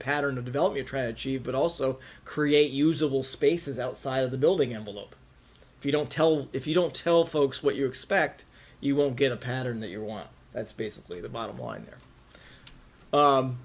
pattern of developing a tragedy but also create usable spaces outside of the building envelope if you don't tell if you don't tell folks what you expect you won't get a pattern that you want that's basically the bottom line there